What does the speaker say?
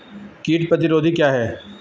कीट प्रतिरोधी क्या है?